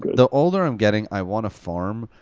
the older i'm getting, i want a farm,